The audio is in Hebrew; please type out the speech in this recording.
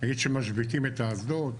נגיד שמשביתים את האסדות,